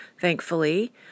thankfully